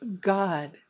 God